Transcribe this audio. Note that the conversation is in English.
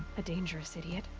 a dangerous idiot.